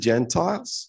Gentiles